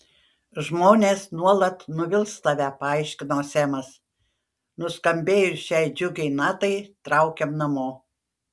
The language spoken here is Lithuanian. žmonės nuolat nuvils tave paaiškino semas nuskambėjus šiai džiugiai natai traukiam namo